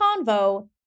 convo